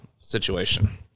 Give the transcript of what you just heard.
situation